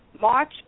March